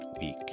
week